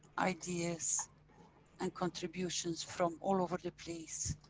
ideas and contributions from all over the place.